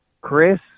Chris